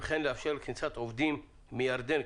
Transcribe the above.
כן לאפשר כניסת עובדים מירדן,